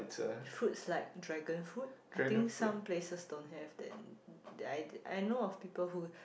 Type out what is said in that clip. fruits like dragon fruit I think some places don't have then that I I know of people who